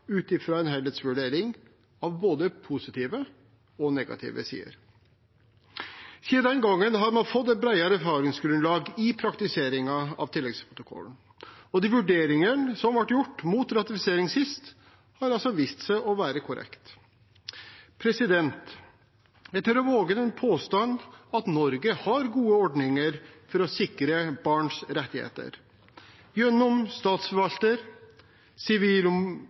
ut fra en helhetsvurdering av både positive og negative sider. Siden den gangen har man fått et bredere erfaringsgrunnlag i praktiseringen av tilleggsprotokollen, og de vurderingene som ble gjort mot ratifisering sist, har altså vist seg å være korrekte. Jeg tør våge den påstand at Norge har gode ordninger for å sikre barns rettigheter. Gjennom statsforvalter,